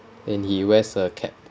and he wears a cap